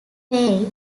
faye